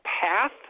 path